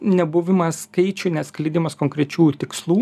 nebuvimas skaičių neatskleidimas konkrečių tikslų